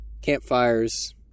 Campfires